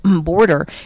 border